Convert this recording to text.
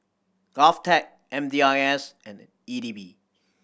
GovTech M D I S and E D B